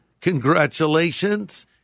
congratulations